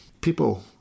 People